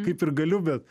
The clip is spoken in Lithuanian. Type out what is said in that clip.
kaip ir galiu be